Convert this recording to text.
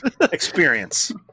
Experience